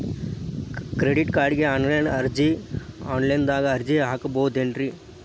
Credit ಕಾರ್ಡ್ಗೆ online ದಾಗ ಅರ್ಜಿ ಹಾಕ್ಬಹುದೇನ್ರಿ?